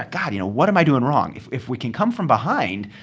ah god, you know, what am i doing wrong? if if we can come from behind,